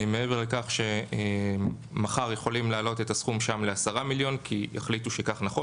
מעבר לכך שמחר יכולים להעלות את הסכום ל-10 מיליון כי החליטו שכך נכון